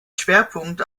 schwerpunkt